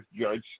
judge